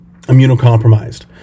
Immunocompromised